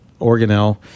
organelle